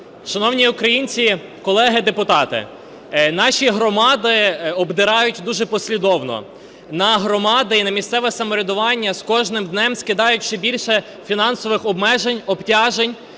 Шановні українці, колеги депутати, наші громади обдирають дуже послідовно. На громади і на місцеве самоврядування з кожним днем скидають ще більше фінансових обмежень,